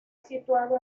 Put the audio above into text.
situado